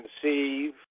conceive